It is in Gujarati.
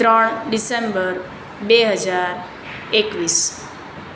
ત્રણ ડિસેમ્બર બે હજાર એકવીસ